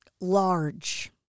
large